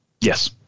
Yes